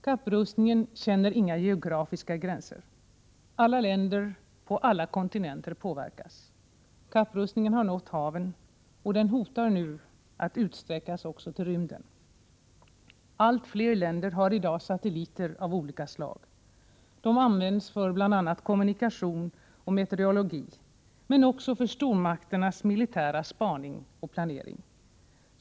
Kapprustningen känner inga geografiska gränser. Alla länder på alla kontinenter påverkas. Kapprustningen har nått haven, och den hotar nu att utsträckas även till rymden. Allt fler länder har i dag satelliter av olika slag. De används för bl.a. kommunikation och meteorologi men också för stormakternas militära spaning och planering.